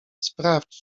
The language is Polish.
sprawdź